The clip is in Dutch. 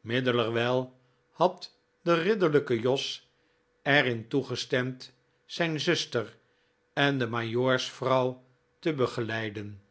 middelerwijl had de ridderlijke jos er in toegestemd zijn zuster en de majoorsvrouw te begeleiden